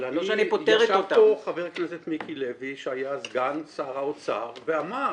יש פה חבר הכנסת מיקי לוי שהיה סגן שר האוצר ואמר,